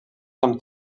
amb